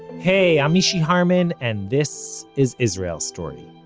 hey, i'm mishy harman, and this is israel story.